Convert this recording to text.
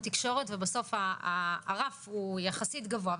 תקשורת ובסוף הרף הוא יחסית גבוה,